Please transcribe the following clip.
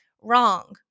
Wrong